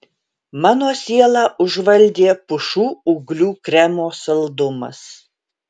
mano sielą užvaldė pušų ūglių kremo saldumas